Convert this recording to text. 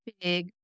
big